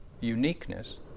uniqueness